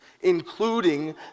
including